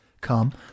come